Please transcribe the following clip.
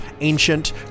ancient